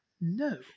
No